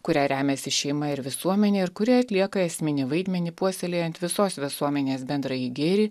kuria remiasi šeima ir visuomenė ir kuri atlieka esminį vaidmenį puoselėjant visos visuomenės bendrąjį gėrį